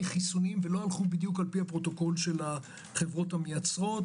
חיסונים ולא הלכו בדיוק לפי הפרוטוקול של החברות המייצרות.